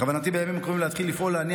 בכוונתי בימים הקרובים להתחיל לפעול להניע